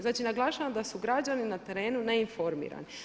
Znači naglašavam da su građani na terenu neinformirani.